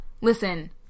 listen